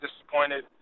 disappointed